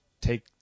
Take